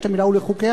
יש המלה "ולחוקיה"?